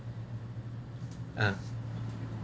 uh